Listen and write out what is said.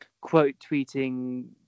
quote-tweeting